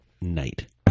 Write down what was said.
night